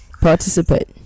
Participate